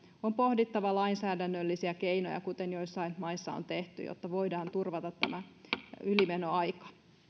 on pohdittava lainsäädännöllisiä keinoja kuten joissain maissa on tehty jotta voidaan turvata tämä ylimenoaika